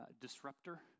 disruptor